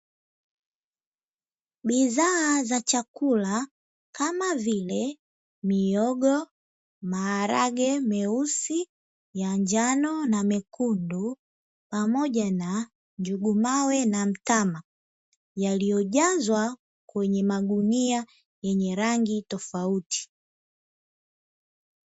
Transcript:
Bidhaa za chakula kama vile; mihogo, maharage meusi ya njano na mekundu pamoja na njugu mawe na mtama yakiyojazwa kwenye magunia yenye rangi tofauti.